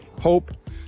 hope